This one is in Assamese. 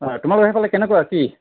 অঁ তোমালোকৰ সেইফালে কেনেকুৱা কি